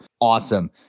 Awesome